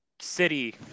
city